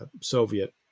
Soviet